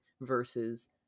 versus